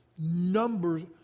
numbers